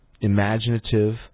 imaginative